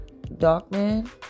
Darkman